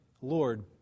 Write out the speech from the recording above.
Lord